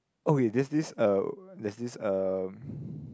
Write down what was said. oh wait this this uh there is um